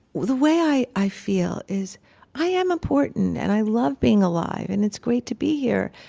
the way i i feel is i am important and i love being alive and it's great to be here.